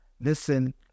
listen